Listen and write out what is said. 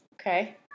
Okay